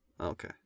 Okay